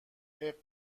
اغراق